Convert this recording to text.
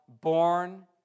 born